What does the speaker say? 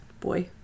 boy